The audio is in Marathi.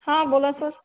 हां बोला सर